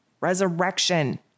resurrection